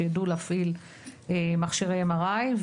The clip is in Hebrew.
שיידעו להפעיל מכשירי MRI,